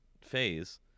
phase